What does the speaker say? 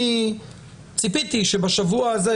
אני ציפיתי שבשבוע הזה,